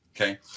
Okay